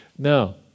Now